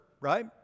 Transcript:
right